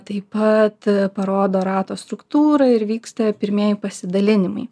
taip pat parodo rato struktūrą ir vyksta pirmieji pasidalinimai